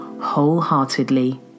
wholeheartedly